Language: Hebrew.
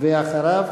ואחריו,